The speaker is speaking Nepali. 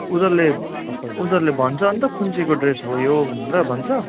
उनीहरूले उनीहरूले भन्छ अन्त कुन चाहिँको ड्रेस हो यो भनेर भन्छ